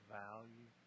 value